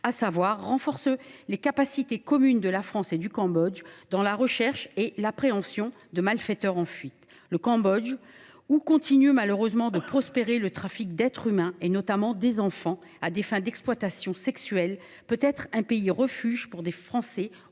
à savoir le renforcement des capacités communes de la France et du Cambodge dans la recherche et l’appréhension de malfaiteurs en fuite. Le Cambodge, où continue malheureusement de prospérer le trafic d’êtres humains, notamment des enfants, à des fins d’exploitation sexuelle, peut être un pays refuge pour des Français